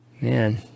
Man